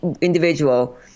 individual